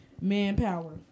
manpower